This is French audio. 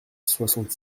soixante